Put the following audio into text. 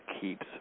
keeps